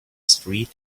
street